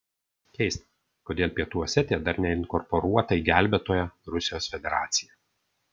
keista kodėl pietų osetija dar neinkorporuota į gelbėtoją rusijos federaciją